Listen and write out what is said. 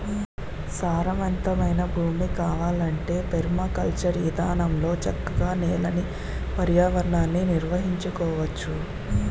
సారవంతమైన భూమి కావాలంటే పెర్మాకల్చర్ ఇదానంలో చక్కగా నేలని, పర్యావరణాన్ని నిర్వహించుకోవచ్చు